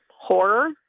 Horror